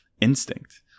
instinct